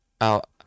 out